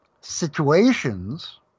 situations